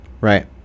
right